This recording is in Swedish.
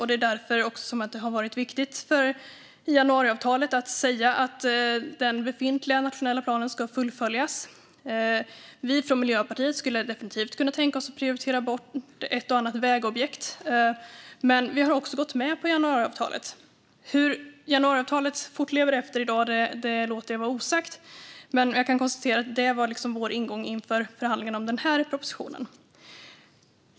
Det är också därför som det har varit viktigt i januariavtalet att säga att den befintliga nationella planen ska fullföljas. Vi från Miljöpartiet skulle definitivt kunna tänka oss att prioritera bort ett och annat vägobjekt. Men vi har också gått med på januariavtalet. Hur januariavtalet fortlever efter i dag låter jag vara osagt. Men jag kan konstatera att det var vår ingång inför förhandlingen om den här propositionen.